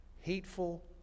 hateful